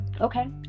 okay